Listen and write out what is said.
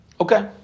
Okay